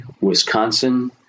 Wisconsin